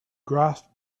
grasped